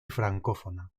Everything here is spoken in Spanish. francófona